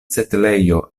setlejo